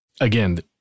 Again